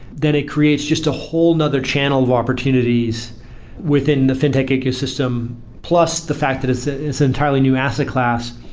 then it creates just a whole another channel of opportunities within the fintech ecosystem, plus the fact that it's ah an entirely new asset class.